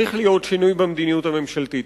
צריך להיות שינוי במדיניות הממשלתית.